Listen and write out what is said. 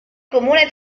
comune